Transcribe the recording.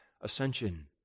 ascension